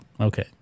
Okay